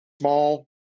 small